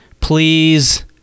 please